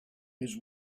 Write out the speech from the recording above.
his